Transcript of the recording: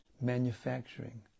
manufacturing